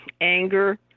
anger